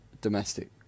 domestic